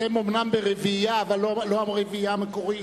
אתם אומנם ברביעייה, אבל לא הרביעייה המקורית,